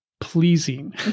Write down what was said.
pleasing